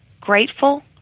grateful